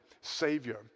Savior